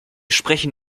sprechen